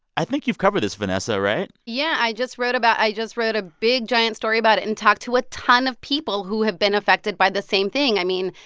i think you've covered this, vanessa, right? yeah, i just wrote about i just wrote a big, giant story about it and talked to a ton of people who have been affected by the same thing. i mean,